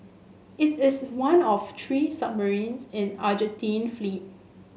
it is one of three submarines in Argentine fleet